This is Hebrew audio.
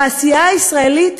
תעשייה ישראלית